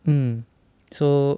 mm so